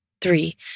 three